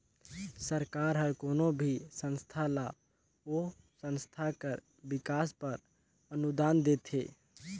सरकार हर कोनो भी संस्था ल ओ संस्था कर बिकास बर अनुदान देथे